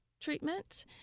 treatment